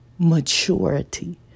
maturity